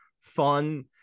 fun